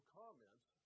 comments